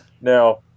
Now